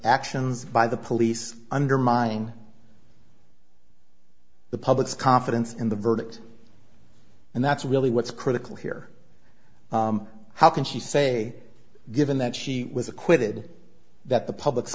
actions by the police undermine the public's confidence in the verdict and that's really what's critical here how can she say given that she was acquitted that the public's